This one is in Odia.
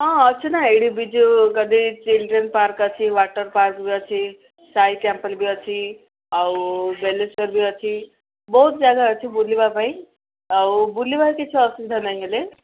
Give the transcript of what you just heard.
ହଁ ଅଛି ନା ଏଇଠି ବିଜୁ ଗଦି ଚିଲଡ୍ରେନ୍ ପାର୍କ ଅଛି ୱାଟର୍ ପାର୍କ ବି ଅଛି ସାଇ ବି ଅଛି ଆଉ ବେଲେଶ୍ୱର ବି ଅଛି ବହୁତ ଜାଗା ଅଛି ବୁଲିବା ପାଇଁ ଆଉ ବୁଲିବାରେ କିଛି ଅସୁବିଧା ନାହିଁ ହେଲେ